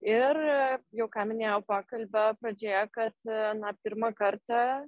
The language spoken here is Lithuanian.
ir jau ką minėjau pokalbio pradžioje kad na pirmą kartą